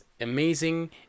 amazing